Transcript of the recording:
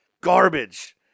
Garbage